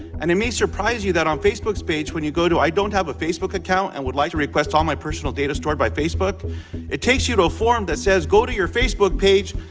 and it may surprise you that on facebook's page, when you go to i don't have a facebook account and would like to request all my personal data stored by facebook it takes you to a form that says, go to your facebook page,